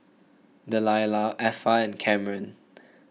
Delila Effa and Kamren